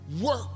Work